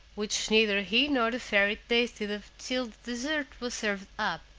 which neither he nor the fairy tasted of till dessert was served up,